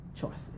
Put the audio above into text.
choices